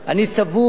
אני סבור.